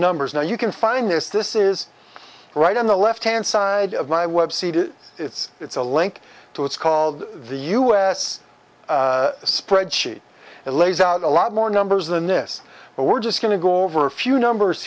numbers now you can find this this is right on the left hand side of my web cd it's it's a link to it's called the u s spreadsheet it lays out a lot more numbers than this but we're just going to go over a few numbers